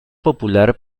popular